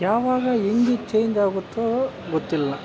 ಯಾವಾಗ ಹೆಂಗೆ ಚೇಂಜಾಗುತ್ತೋ ಗೊತ್ತಿಲ್ಲ